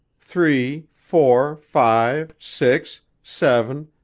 three, four, five, six, seven,